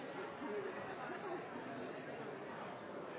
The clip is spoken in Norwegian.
som nå nydyrkes, er det